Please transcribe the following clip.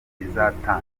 bizatanga